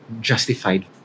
justified